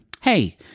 hey